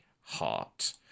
heart